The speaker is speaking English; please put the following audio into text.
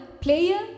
player